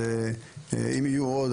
אם יהיו עוד,